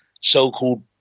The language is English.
so-called